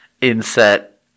inset